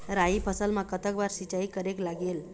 राई फसल मा कतक बार सिचाई करेक लागेल?